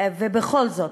בכל זאת,